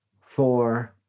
four